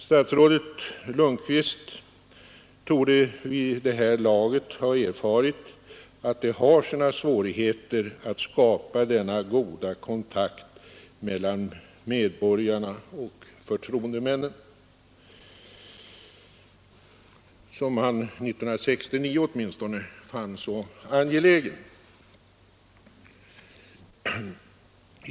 Statsrådet Lundkvist torde vid det här laget ha erfarit att det har sina svårigheter att skapa denna goda kontakt mellan medborgarna och förtroendemännen, som han åtminstone 1969 fann så angelägen.